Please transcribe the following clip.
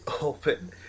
Open